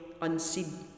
unseen